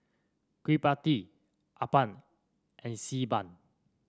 Kueh Pie Tee appam and Xi Ban